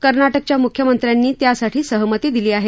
कर्नाटकाच्या मुख्यमंत्र्यांनी त्यासाठी सहमती दिली आहे